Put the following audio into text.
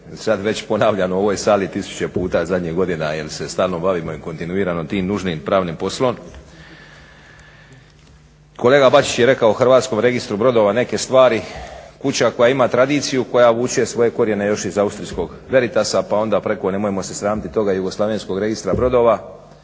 sad već ponavljano u ovoj sali tisuće puta zadnjih godina jer se stalno bavimo i kontinuirano tim nužnim pravnim poslom. Kolega Bačić je rekao o Hrvatskom registru brodova neke stvari. Kuća koja ima tradiciju, koja vuče svoje korijene još iz austrijskog Veritasa pa onda preko, nemojmo se sramit toga, Jugoslavenskog registra brodova,